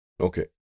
Okay